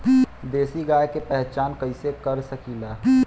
देशी गाय के पहचान कइसे कर सकीला?